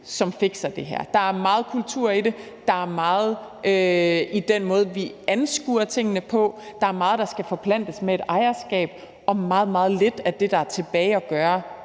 som fikser det her. Der er meget kultur i det, der ligger meget i den måde, hvorpå vi anskuer tingene, der er meget, der skal forplantes med et ejerskab, og meget, meget lidt af det, der er tilbage at gøre,